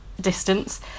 distance